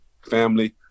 family